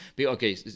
Okay